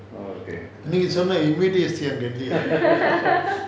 நீங்க சொன்ன:neenga sonna செய்:sei